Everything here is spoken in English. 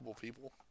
people